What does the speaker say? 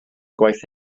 gwaith